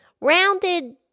rounded